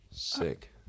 Sick